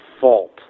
fault